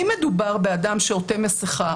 "אם מדובר באדם שעוטה מסכה,